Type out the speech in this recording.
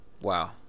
Wow